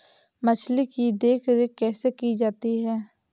मछली की देखरेख कैसे की जाती है?